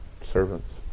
Servants